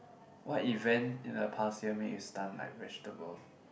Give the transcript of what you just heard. what event in the past year make you stunned like vegetable